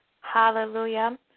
hallelujah